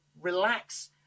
relax